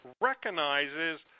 recognizes